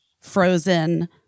frozen